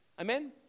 amen